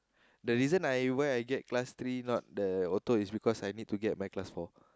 the reason I why I get class three not the auto is because I need to get my class four